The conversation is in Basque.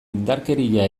indarkeria